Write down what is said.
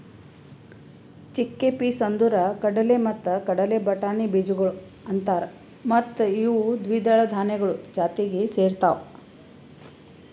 chickpeas ಅಂದುರ್ ಕಡಲೆ ಮತ್ತ ಕಡಲೆ ಬಟಾಣಿ ಬೀಜಗೊಳ್ ಅಂತಾರ್ ಮತ್ತ ಇವು ದ್ವಿದಳ ಧಾನ್ಯಗಳು ಜಾತಿಗ್ ಸೇರ್ತಾವ್